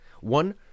One